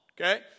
Okay